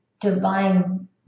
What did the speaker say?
divine